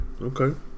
okay